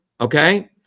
okay